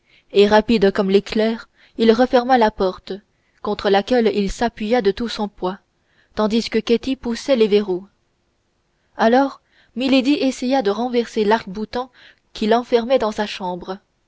et rapide comme l'éclair il referma la porte contre laquelle il s'appuya de tout son poids tandis que ketty poussait les verrous alors milady essaya de renverser larc boutant qui l'enfermait dans sa chambre